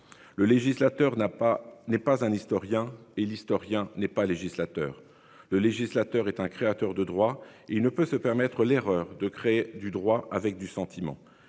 Le législateur n'a pas n'est pas un historien et l'historien n'est pas législateur le législateur est un créateur de droit et ne peut se permettre l'erreur de créer du droit avec du sentiment